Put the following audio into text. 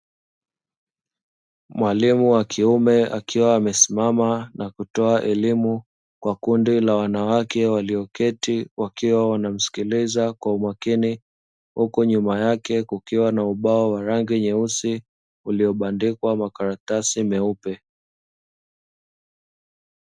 Mwalimu wa kiume akiwa amesimama na kutoa elimu kwa kundi la wanawake walioketi, wakiwa wanamsikiliza kwa umakini huko nyuma yake kukiwa na ubao wa rangi nyeusi uliobandikwa makaratasi meupe.